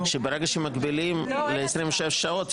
שברגע שמגבילים ל-26 שעות,